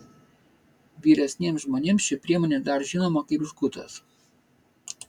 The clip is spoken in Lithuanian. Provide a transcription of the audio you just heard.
vyresniems žmonėms ši priemonė dar žinoma kaip žgutas